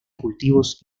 cultivos